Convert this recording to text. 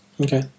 Okay